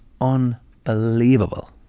unbelievable